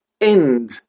end